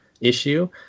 issue